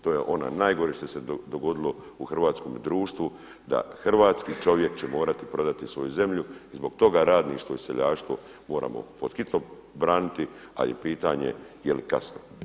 To je ono najgore što se dogodilo u hrvatskome društvu, da hrvatski čovjek će morati prodati svoju zemlju i zbog toga radništvo i seljaštvo moramo pod hitno braniti, ali je pitanje jel kasno.